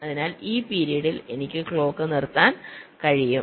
അതിനാൽ ഈ പീരിയഡിൽ എനിക്ക് ക്ലോക്ക് നിർത്താൻ കഴിയും